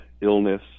illness